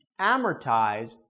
amortized